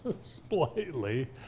Slightly